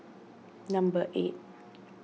number eight